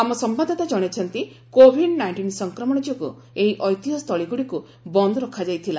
ଆମ ସମ୍ଭାଦଦାତା ଜଣାଇଛନ୍ତି କୋଭିଡ ନାଇଷ୍ଟିନ୍ ସଂକ୍ରମଣ ଯୋଗୁଁ ଏହି ଐତିହ୍ୟସ୍ଥଳୀଗୁଡ଼ିକୁ ବନ୍ଦ ରଖାଯାଇଥିଲା